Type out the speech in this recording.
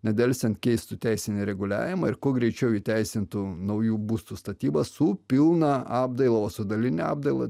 nedelsiant keistų teisinį reguliavimą ir kuo greičiau įteisintų naujų būstų statybą su pilna apdaila o su daline apdaila